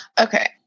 Okay